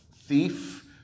thief